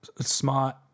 smart